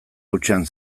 hutsean